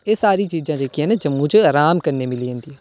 एह् सारियां चीजां जेह्कियां जम्मू च अराम कन्नै मिली जंदियां